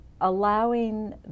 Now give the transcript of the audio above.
allowing